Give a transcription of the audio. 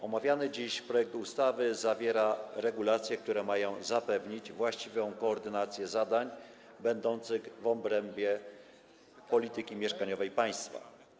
Omawiany dziś projekt ustawy zawiera regulacje, które mają zapewnić właściwą koordynację zadań będących w obrębie polityki mieszkaniowej państwa.